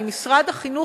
ממשרד החינוך,